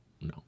no